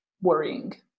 worrying